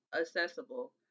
accessible